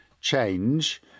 change